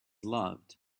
loved